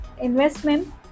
investment